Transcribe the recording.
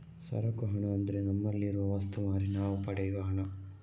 ಸರಕು ಹಣ ಅಂದ್ರೆ ನಮ್ಮಲ್ಲಿ ಇರುವ ವಸ್ತು ಮಾರಿ ನಾವು ಪಡೆಯುವ ಹಣ